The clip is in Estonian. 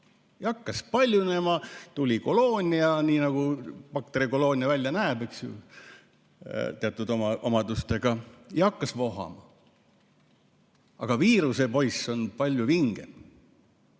ja hakkas paljunema, tekkis koloonia, nii nagu bakterikoloonia välja näeb, oma teatud omadustega. Bakter hakkas vohama. Aga viirusepoiss on palju vingem.